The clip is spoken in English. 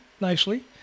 nicely